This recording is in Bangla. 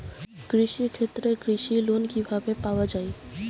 কৃষি ক্ষেত্রে কৃষি লোন কিভাবে পাওয়া য়ায়?